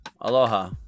Aloha